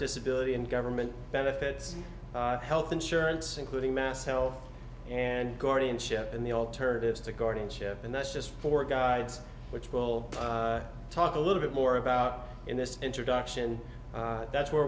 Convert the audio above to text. disability and government benefits health insurance including mass health and guardianship and the alternatives to guardianship and that's just for guides which will talk a little bit more about in this introduction that's where